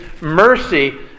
mercy